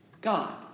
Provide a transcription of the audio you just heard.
God